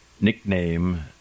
nickname